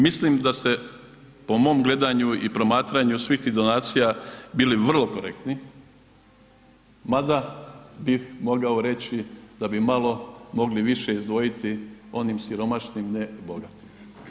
Mislim da ste po mom gledanju i promatranju svih tih donacija bili vrlo korektni mada bi mogao reći da bi malo mogli više izdvojiti onim siromašnim a ne bogatima.